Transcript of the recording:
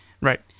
Right